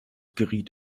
geriet